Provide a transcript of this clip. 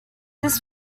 this